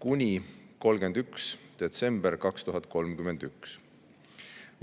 kuni 31. detsembrini 2031.